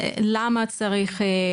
למה צריך,